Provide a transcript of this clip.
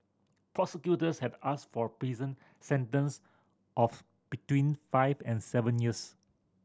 prosecutors had asked for a prison sentence of between five and seven years